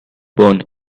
bone